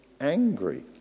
angry